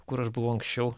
kur aš buvau anksčiau